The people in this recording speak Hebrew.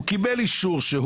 הוא קיבל אישור שהוא